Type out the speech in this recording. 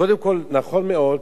קודם כול, נכון מאוד,